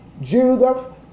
Judah